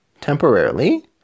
temporarily